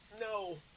No